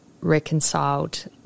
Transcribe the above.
reconciled